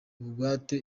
bugwate